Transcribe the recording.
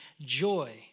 joy